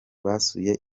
basuye